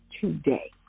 today